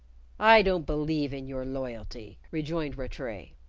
i don't believe in your loyalty, rejoined rattray.